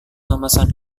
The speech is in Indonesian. memesan